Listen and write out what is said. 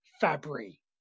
Fabry